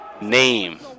name